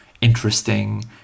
interesting